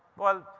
well,